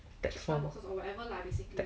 text form text form